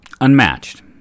unmatched